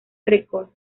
records